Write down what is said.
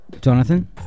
Jonathan